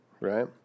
right